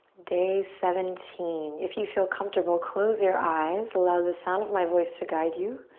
day seventeen. if you feel comfortable, close your eyes. allow the sound of my voice to guide you.